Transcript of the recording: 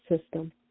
system